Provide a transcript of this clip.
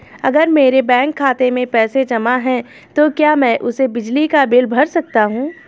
अगर मेरे बैंक खाते में पैसे जमा है तो क्या मैं उसे बिजली का बिल भर सकता हूं?